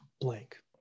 Blank